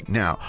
now